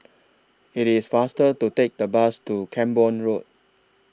IT IS faster to Take The Bus to Camborne Road